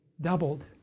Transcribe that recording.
doubled